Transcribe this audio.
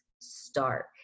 start